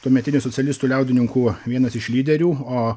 tuometinių socialistų liaudininkų vienas iš lyderių o